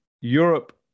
Europe